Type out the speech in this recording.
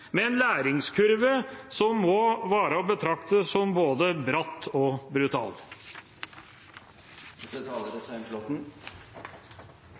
med denne fireårige prøveordningen, med en læringskurve som må være å betrakte som både bratt og brutal. Arbeiderpartiets talere, både Marthinsen og Hagebakken, taler